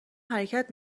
حرکت